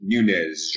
Nunez